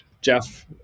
Jeff